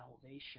salvation